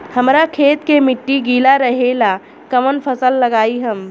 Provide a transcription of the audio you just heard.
हमरा खेत के मिट्टी गीला रहेला कवन फसल लगाई हम?